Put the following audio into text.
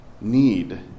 need